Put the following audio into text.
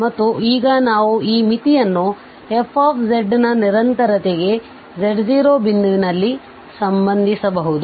ಮತ್ತು ಈಗ ನಾವು ಈ ಮಿತಿಯನ್ನು fನ ನಿರಂತರತೆಗೆ z0ಬಿಂದುವಿನಲ್ಲಿ ಸಂಬಂಧಿಬಹುದು